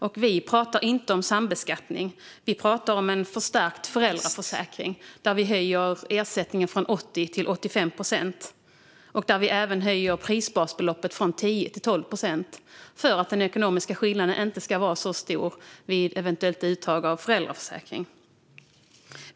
Och vi pratar inte om sambeskattning, vi pratar om en förstärkt föräldraförsäkring där vi höjer ersättningen från 80 till 85 procent och där vi även höjer prisbasbeloppet från 10 till 12 procent för att den ekonomiska skillnaden inte ska vara så stor vid eventuellt uttag av föräldraförsäkring.